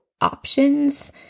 options